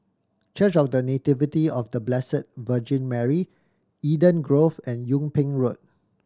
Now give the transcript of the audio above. Church of The Nativity of The Blessed Virgin Mary Eden Grove and Yung Ping Road